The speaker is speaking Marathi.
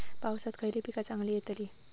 पावसात खयली पीका चांगली येतली?